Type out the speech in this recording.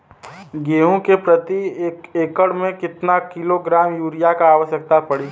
गेहूँ के प्रति एक एकड़ में कितना किलोग्राम युरिया क आवश्यकता पड़ी?